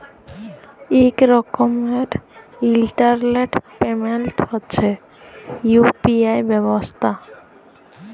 ইক রকমের internet payment হছে ইউ.পি.আই ব্যবস্থা